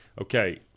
Okay